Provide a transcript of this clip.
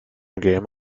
game